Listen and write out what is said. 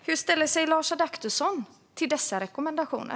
Hur ställer sig Lars Adaktusson till dessa rekommendationer?